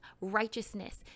righteousness